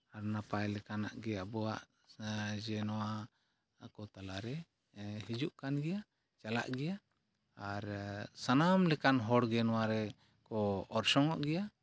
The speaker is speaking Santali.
ᱟᱨ ᱱᱟᱯᱟᱭ ᱞᱮᱠᱟᱱᱟᱜ ᱜᱮ ᱟᱵᱚᱣᱟᱜ ᱡᱮ ᱱᱚᱣᱟ ᱟᱠᱚ ᱛᱟᱞᱟᱨᱮ ᱦᱤᱡᱩᱜ ᱠᱟᱱ ᱜᱮᱭᱟ ᱪᱟᱞᱟᱜ ᱜᱮᱭᱟ ᱟᱨ ᱥᱟᱱᱟᱢ ᱞᱮᱠᱟᱱ ᱦᱚᱲᱜᱮ ᱱᱚᱣᱟ ᱨᱮᱠᱚ ᱚᱨᱥᱚᱝᱼᱚᱜ ᱜᱮᱭᱟ